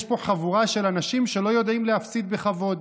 יש פה חבורה של אנשים שלא יודעים להפסיד בכבוד.